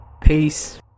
peace